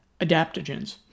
adaptogens